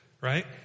right